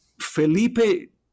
Felipe